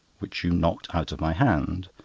which you knocked out of my hand,